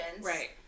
Right